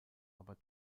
aber